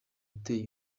uteye